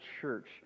church